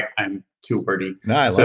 i'm to wordy. no,